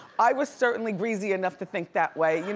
i was certainly greasy enough to think that way. you know